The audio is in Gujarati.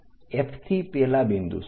F થી પેલા બિંદુ સુધી